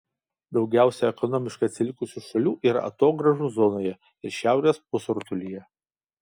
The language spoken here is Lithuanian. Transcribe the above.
daugiausiai ekonomiškai atsilikusių šalių yra atogrąžų zonoje ir šiaurės pusrutulyje